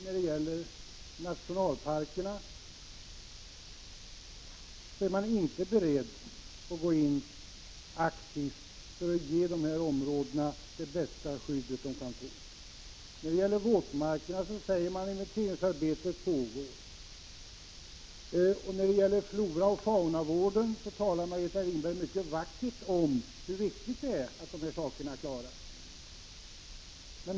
När det gäller nationalparkerna visar det sig att man inte är beredd att gå in och aktivt verka för att ge dessa områden det bästa skydd de kan få. Beträffande våtmarkerna säger man att inventeringsarbetet pågår, och när det gäller floraoch faunavården talar Margareta Winberg mycket vackert om hur viktigt det är att den klaras.